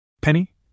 Penny